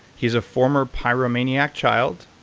he is a former pyromaniac child.